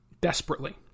Desperately